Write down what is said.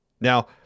Now